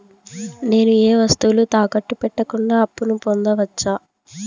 నేను ఏ వస్తువులు తాకట్టు పెట్టకుండా అప్పును పొందవచ్చా?